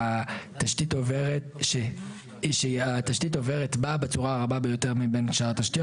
שהתשתית עוברת בה בצורה הרבה ביותר מבין שאר התשתיות,